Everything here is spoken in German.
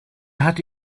hatte